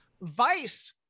Vice